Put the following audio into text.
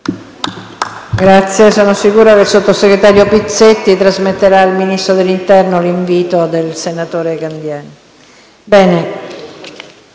Sono sicura che il sottosegretario Pizzetti trasmetterà al Ministro dell'interno l'invito del senatore Candiani.